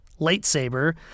lightsaber